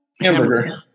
hamburger